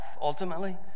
ultimately